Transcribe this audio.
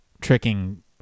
tricking